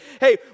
Hey